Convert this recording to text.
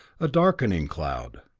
a darkening cloud,